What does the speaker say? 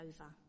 over